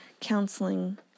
counseling